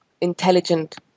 intelligent